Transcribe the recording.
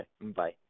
bye